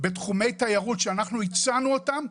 לתחומי תיירות אחרים שהצענו אותם.